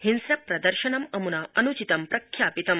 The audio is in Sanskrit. हिंस्र प्रदर्शनम् अमुना अनुचितम् प्रख्यापितम्